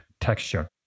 texture